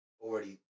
already